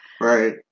Right